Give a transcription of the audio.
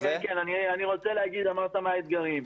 לגבי האתגרים.